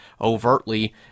overtly